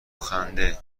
خنده